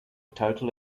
total